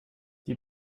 die